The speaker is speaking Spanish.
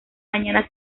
mañana